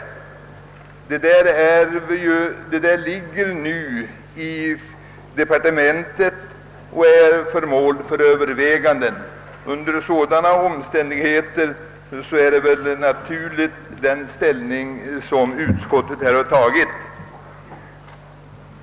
Detta förslag är nu föremål för övervägande i departementet. Under dessa omständigheter är väl den ställning naturlig som utskottet här har intagit.